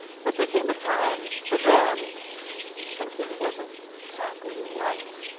but there came a time for them something wasn't exactly right.